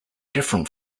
different